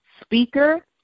speaker